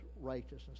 righteousness